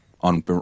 on